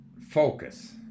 focus